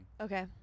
Okay